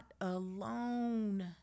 alone